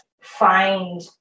find